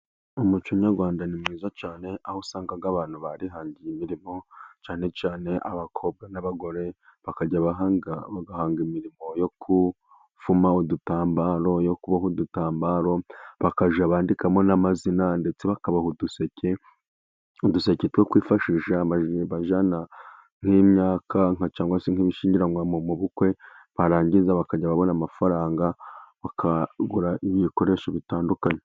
Umuco nyarwanda ni mwiza cyanee aho usangaga abantu barihangira imirimo cyane cyane abakobwa n'abagore bajya bahanga imirimo yo gufuma udutambaro yo kuboha udutambaro bakajya bandikamo n'amazina, ndetse bakaboha uduseke, uduseke two kwifashisha bajyana nk'imyaka cyangwa se nk'ibishingiranwa mu bukwe, barangiza bakajya babona amafaranga bakagura ibiibikoresho bitandukanye.